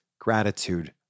gratitude